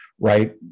right